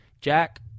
Jack